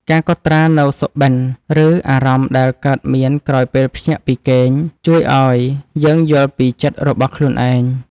ការកត់ត្រានូវសុបិន ឬអារម្មណ៍ដែលកើតមានក្រោយពេលភ្ញាក់ពីគេង ជួយឱ្យយើងយល់ពីចិត្តរបស់ខ្លួនឯង។